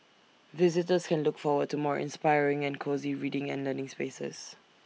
visitors can look forward to more inspiring and cosy reading and learning spaces